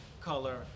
color